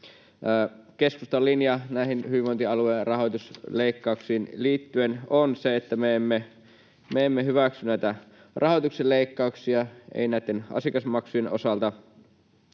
Keskustan linja näihin hyvinvointialueiden rahoitusleikkauksiin liittyen on se, että me emme hyväksy näitä rahoituksen leikkauksia, emme myöskään näitten asiakasmaksujen osalta.